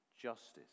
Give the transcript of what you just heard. Justice